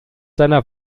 seiner